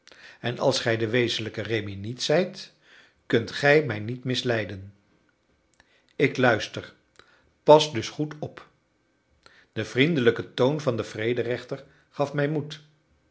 en als gij de wezenlijke rémi niet zijt kunt gij mij niet misleiden ik luister pas dus goed op de vriendelijke toon van den vrederechter gaf mij moed